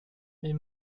mais